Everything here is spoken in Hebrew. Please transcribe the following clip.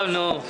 אוי, נו.